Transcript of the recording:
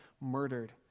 murdered